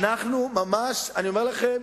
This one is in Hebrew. אני אומר לכם,